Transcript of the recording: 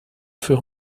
für